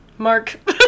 Mark